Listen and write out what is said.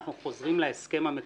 אנחנו חוזרים להסכם המקורי